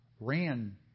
ran